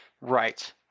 Right